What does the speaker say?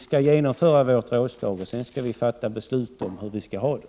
Vi skall genomföra vårt rådslag, och sedan skall vi fatta beslut om hur vi skall ha det.